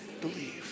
believe